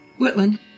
Whitland